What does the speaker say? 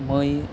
मै